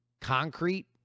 concrete